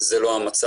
זה לא המצב,